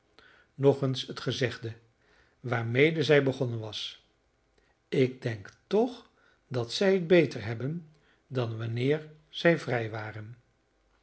nog eens het gezegde waarmede zij begonnen was ik denk toch dat zij het beter hebben dan wanneer zij